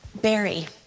Barry